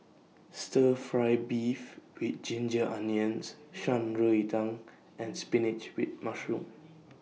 Stir Fry Beef with Ginger Onions Shan Rui Tang and Spinach with Mushroom